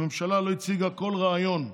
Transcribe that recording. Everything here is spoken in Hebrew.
הממשלה לא הציגה כל רעיון.